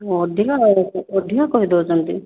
ଅଧିକା ଅଧିକ କହି ଦେଉଛନ୍ତି